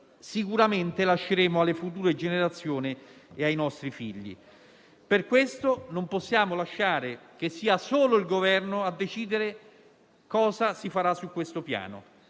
sicuramente lasceremo alle future generazioni e ai nostri figli. Per questo, non possiamo lasciare che sia solo il Governo a decidere cosa si farà su questo Piano.